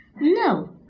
No